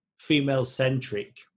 female-centric